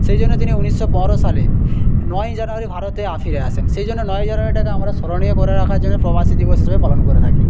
সেই জন্য তিনি ঊনিশশো বারো সালে নয়ই জানুয়ারি ভারতে ফিরে আসেন সেই জন্য নয় জানুয়ারিটাকে আমরা স্মরণীয় করে রাখার জন্য প্রবাসী দিবস হিসাবে পালন করে থাকি